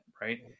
right